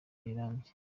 rirambye